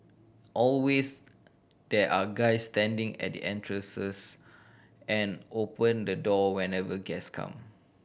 always there are guys standing at the entrance and open the door whenever guest come